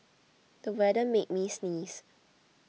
the weather made me sneeze